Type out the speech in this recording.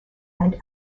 and